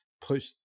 push